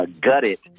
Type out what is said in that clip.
gutted